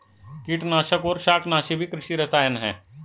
कीटनाशक और शाकनाशी भी कृषि रसायन हैं